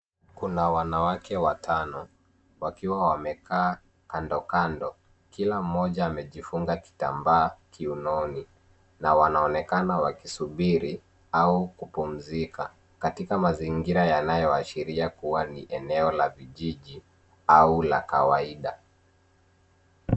Kuna wanawake watano, wakiwa wamekaa kando kando. Kila mmoja amejifunga kitambaa kiunoni, na wanaonekana wakisubiri au kupumzika, katika mazingira yanayoashiria ni eneo la vijiji au la kawaida.